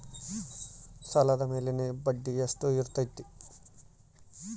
ಸಾಲದ ಮೇಲಿನ ಬಡ್ಡಿ ಎಷ್ಟು ಇರ್ತೈತೆ?